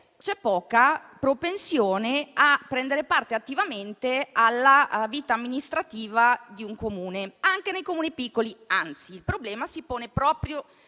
c'è poca propensione a prendere parte attivamente alla vita amministrativa di un Comune, anche nei Comuni piccoli. Anzi, il problema si pone